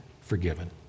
forgiven